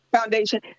Foundation